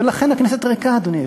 ולכן הכנסת ריקה, אדוני היושב-ראש,